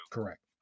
Correct